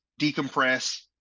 decompress